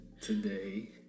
Today